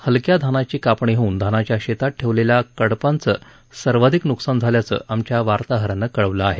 हलक्या धानाची कापणी होऊन धानाच्या शेतात ठेवलेल्या कडपांचं सर्वाधिक नुकसान झाल्याचं आमच्या वार्ताहरानं कळवलं आहे